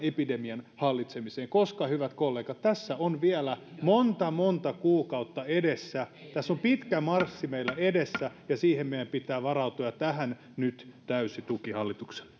epidemian hallitsemiseksi koska hyvät kollegat tässä on vielä monta monta kuukautta edessä tässä on pitkä marssi meillä edessä ja siihen meidän pitää varautua ja tähän nyt täysi tuki hallitukselle